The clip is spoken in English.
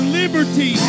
liberty